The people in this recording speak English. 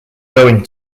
going